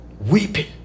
weeping